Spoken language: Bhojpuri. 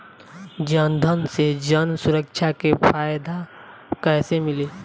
जनधन से जन सुरक्षा के फायदा कैसे मिली?